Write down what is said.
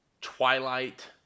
Twilight